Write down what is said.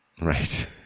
Right